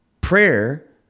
Prayer